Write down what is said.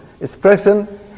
expression